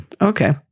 Okay